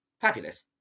Fabulous